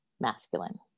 masculine